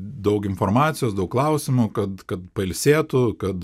daug informacijos daug klausimų kad kad pailsėtų kad